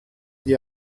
die